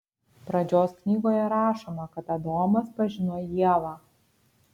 pradžios knygoje rašoma kad adomas pažino ievą